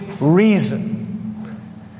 reason